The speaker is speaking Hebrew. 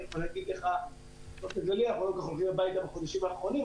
אני יכול להגיד לך --- אנחנו לא כל כך מגיעים הביתה בחודשים האחרונים,